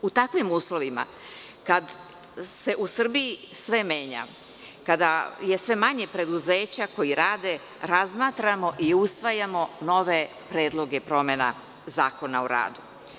U takvim uslovima, kada se u Srbiji sve menja, kada je sve manje preduzeća koja rade, razmatramo i usvajamo nove predloge promena Zakona o radu.